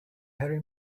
harry